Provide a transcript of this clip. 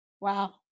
Wow